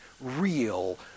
real